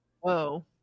Whoa